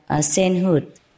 sainthood